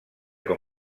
com